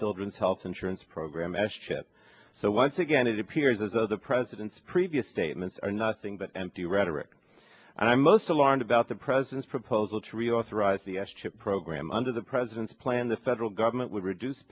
children's health insurance program s chip so once again it appears as though the president's previous statements are nothing but empty rhetoric and i'm most alarmed about the president's proposal to reauthorize the s chip program under the president's plan the federal government would reduce